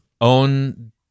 own